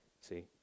see